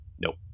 Nope